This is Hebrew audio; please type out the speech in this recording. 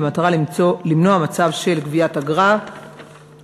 במטרה למנוע מצב של גביית אגרה כפולה,